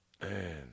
man